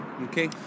Okay